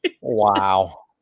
Wow